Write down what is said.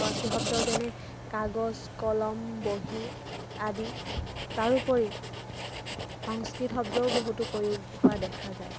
ফৰাচী শব্দ যেনে কাগজ কলম বহী আদি তাৰোপৰি সংস্কৃত শব্দও বহুতো প্ৰয়োগ হোৱা দেখা যায়